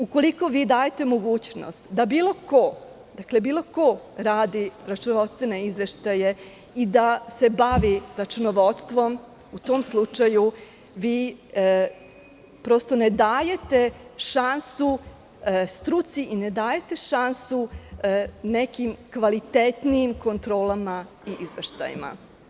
Ukoliko dajete mogućnost da bilo ko radi računovodstvene izveštaje i da se bavi računovodstvom, u tom slučaju vi ne dajete šansu struci i ne dajete šansu nekim kvalitetnijim kontrolama i izveštajima.